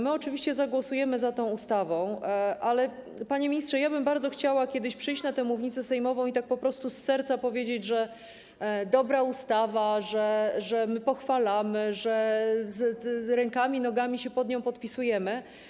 My oczywiście zagłosujemy za nią, ale, panie ministrze, ja bym bardzo chciała kiedyś przyjść na mównicę sejmową i tak po prostu z serca powiedzieć, że to dobra ustawa, że my pochwalamy, że rękami i nogami się pod nią podpisujemy.